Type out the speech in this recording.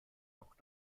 noch